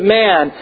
man